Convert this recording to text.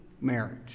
marriage